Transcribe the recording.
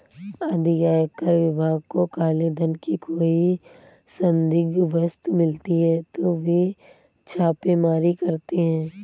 यदि आयकर विभाग को काले धन की कोई संदिग्ध वस्तु मिलती है तो वे छापेमारी करते हैं